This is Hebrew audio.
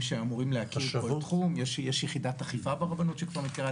יש לה סמכויות פיקוח ויש ממונה על הכשרות ויחידת פיקוח גדולה שמוקמת